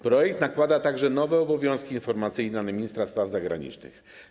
Projekt nakłada także nowe obowiązki informacyjne na ministra spraw zagranicznych.